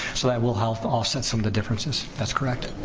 so that will help offset some of the differences. that's correct.